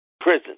prison